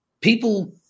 people